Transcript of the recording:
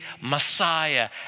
Messiah